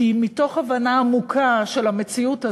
כי מתוך הבנה עמוקה של המציאות הזאת,